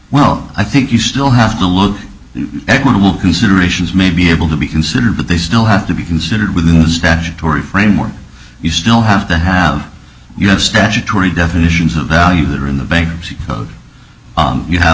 well i think you still have to look equitable considerations may be able to be considered but they still have to be considered within the statutory framework you still have to have you have statutory definitions of value that are in the bankruptcy code you have